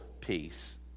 peace